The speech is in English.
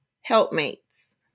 helpmates